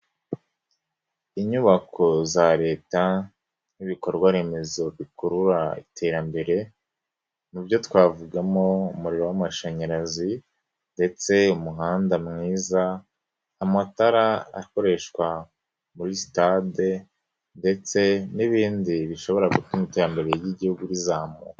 Inyubako za Leta n'ibikorwa remezo bikurura iterambere mu byo twavugamo umuriro w'amashanyarazi ndetse umuhanda mwiza, amatara akoreshwa muri sitade ndetse n'ibindi bishobora gutuma iterambere ry'igihugu rizamuka.